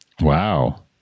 Wow